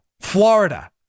Florida